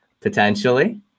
potentially